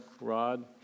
Rod